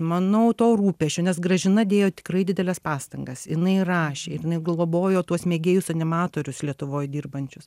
manau to rūpesčio nes gražina dėjo tikrai dideles pastangas jinai rašė ir jinai globojo tuos mėgėjus animatorius lietuvoj dirbančius